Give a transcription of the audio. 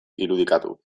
irudikatu